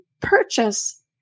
Purchase